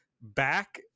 back